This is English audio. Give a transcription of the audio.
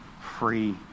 free